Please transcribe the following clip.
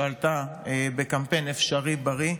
שעלתה בקמפיין "אפשריבריא"